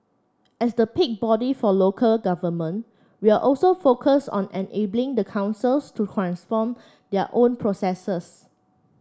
as the peak body for local government we're also focused on enabling the councils to transform their own processes